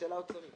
זה שאלה אוצרית.